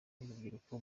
n’urubyiruko